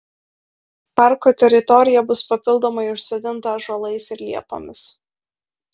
parko teritorija bus papildomai užsodinta ąžuolais ir liepomis